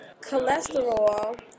cholesterol